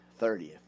30th